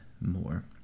more